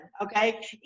okay